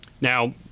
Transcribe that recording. Now